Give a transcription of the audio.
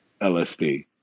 LSD